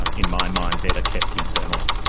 and in my mind, better kept internally.